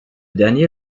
dernier